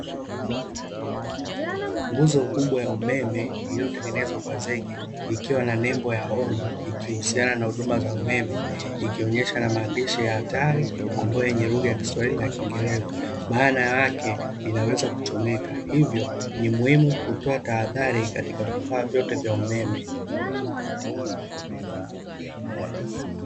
Nguzo kubwa ya umeme iliyotengenezwa kwa zege ikiwa na nembo ya onyo ikihusiana na huduma za umeme ikionyesha na maandishi ya hatari ambayo yenye lugha ya kiswahili na kingereza, maana yake inaweza kuchomeka, hivyo ni muhimu kutoa tahadhari katika vifaa vyote vya umeme.